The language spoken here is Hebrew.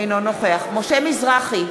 אינו נוכח משה מזרחי,